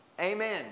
Amen